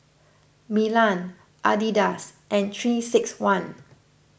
Milan Adidas and three six one